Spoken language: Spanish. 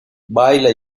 baila